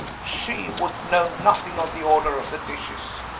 she would know nothing of the order of the dishes!